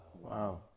Wow